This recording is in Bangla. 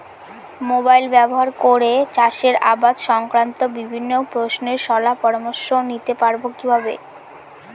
মোবাইল ব্যাবহার করে চাষের আবাদ সংক্রান্ত বিভিন্ন প্রশ্নের শলা পরামর্শ নিতে পারবো কিভাবে?